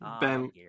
Ben